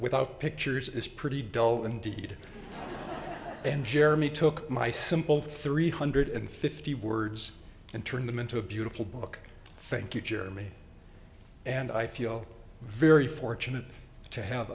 without pictures is pretty dull indeed and jeremy took my simple three hundred fifty words and turned them into a beautiful book thank you jeremy and i feel very fortunate to have